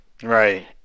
Right